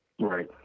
Right